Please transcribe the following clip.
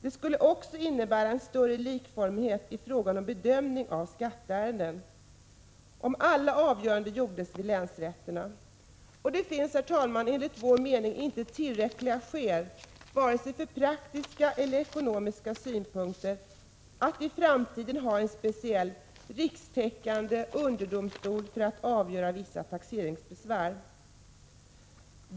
Det skulle också innebära en större likformighet i fråga om bedömningen av skatteärenden, om alla avgöranden gjordes vid länsrätterna. Det finns enligt vår mening inte tillräckliga skäl, varken från praktiska eller ekonomiska synpunkter, att i framtiden ha en speciell rikstäckande underdomstol för att avgöra vissa taxeringsbesvär.